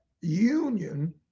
union